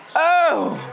oh!